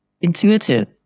intuitive